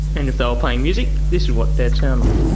and if they were playing music, this is what they'd sound like